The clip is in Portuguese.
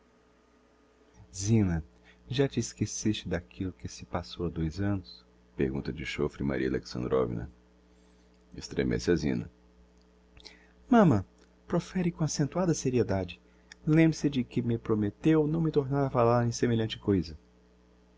zina já te esqueceste d'aquillo que se passou ha dois annos pergunta de chofre maria alexandrovna estremece a zina mamã profere com accentuada seriedade lembre-se de que me prometteu não me tornar a falar em semelhante coisa